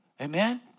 Amen